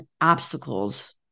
obstacles